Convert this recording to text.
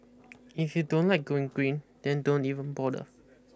if you don't like going green then don't even bother